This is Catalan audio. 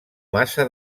massa